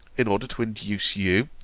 in order to induce you,